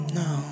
no